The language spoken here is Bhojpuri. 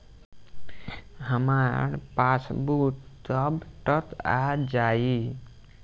हमार पासबूक कब तक आ जाई?